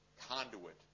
conduit